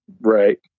right